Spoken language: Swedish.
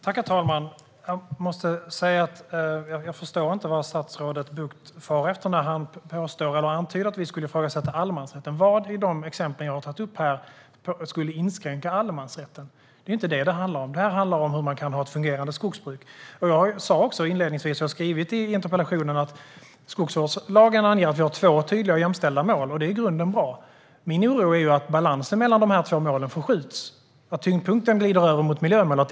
Herr talman! Jag förstår inte vad statsrådet Bucht far efter när han antyder att vi skulle vilja ifrågasätta allemansrätten. Vad i de exempel jag har tagit upp skulle inskränka allemansrätten? Det är inte det som det handlar om. Det här handlar om hur man kan ha ett fungerande skogsbruk. Som jag sa inledningsvis och som jag skrev i interpellationen anger skogsvårdslagen att vi har två tydliga och jämställda mål, vilket i grunden är bra. Min oro är att balansen mellan dessa två mål förskjuts och att tyngdpunkten glider över mot miljömålet.